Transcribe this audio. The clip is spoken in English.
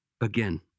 Again